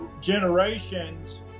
generations